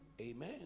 Amen